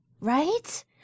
Right